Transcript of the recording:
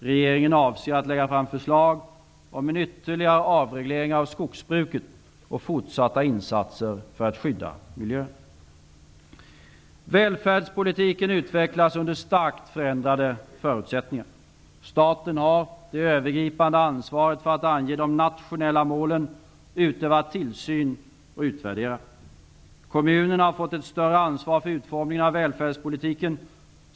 Regeringen avser att lägga fram förslag om en ytterligare avreglering av skogsbruket och fortsatta insatser för att skydda miljön. Välfärdspolitiken utvecklas under starkt förändrade förutsättningar. Staten har det övergripande ansvaret för att ange de nationella målen, utöva tillsyn och utvärdera. Kommunerna har fått ett större ansvar för utformningen av välfärdspolitiken.